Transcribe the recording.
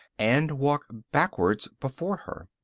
and walk backwards before her.